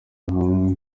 hamwe